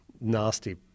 nasty